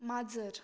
माजर